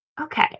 okay